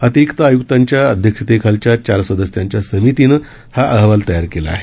अतिरिक्त आयुक्तांच्या अध्यक्षतेखालील चार सदस्यांच्या समितीनं हा अहवाल तयार केला आहे